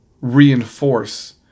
reinforce